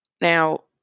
Now